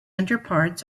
underparts